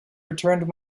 returned